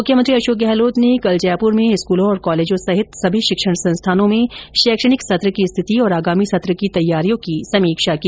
मुख्यमंत्री अशोक गहलोत ने कल जयपुर में स्कूलों कॉलेजों सहित समी शिक्षण संस्थानों में शैक्षणिक सत्र की स्थिति और आगामी सत्र की तैयारियों की समीक्षा की